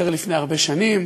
השתחרר לפני הרבה שנים,